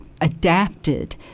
adapted